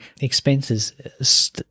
expenses